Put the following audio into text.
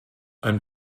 ein